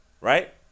Right